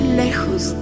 lejos